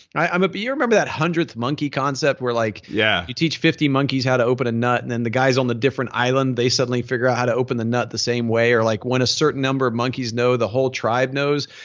you remember that hundredth monkey concept where like yeah you teach fifty monkeys how to open a nut and then the guys on the different island they suddenly figure out how to open the nut the same way or like when a certain number of monkeys know the whole tribe knows.